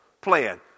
plan